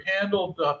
handled